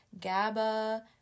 GABA